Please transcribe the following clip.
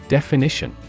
Definition